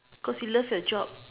cause you love your job